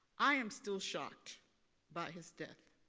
i am still shocked by his death,